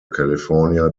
california